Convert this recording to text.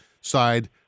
side